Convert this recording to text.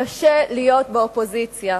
קשה להיות באופוזיציה,